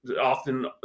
often